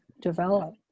develop